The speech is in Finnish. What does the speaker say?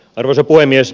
arvoisa puhemies